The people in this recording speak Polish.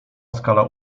skala